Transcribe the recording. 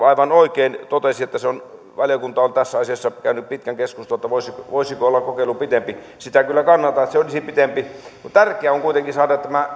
aivan oikein totesi että valiokunta on tässä asiassa käynyt pitkän keskustelun siitä voisiko kokeilu olla pidempi sitä kyllä kannatan että se olisi pidempi mutta tärkeää on kuitenkin että